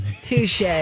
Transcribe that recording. Touche